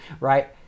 right